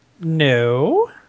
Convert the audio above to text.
No